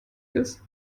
ist